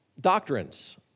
doctrines